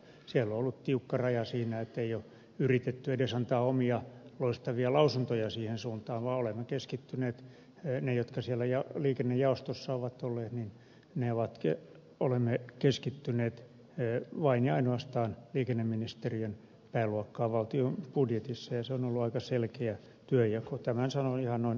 siellä on ollut tiukka raja siinä että ei ole yritetty edes antaa omia loistavia lausuntoja siihen suuntaan vaan olemme keskittyneet me jotka siellä liikennejaostossa ovat olleet niin ne ovatkin olemme olleet vain ja ainoastaan liikenneministeriön pääluokkaan valtion budjetissa ja se on ollut aika selkeä työnjako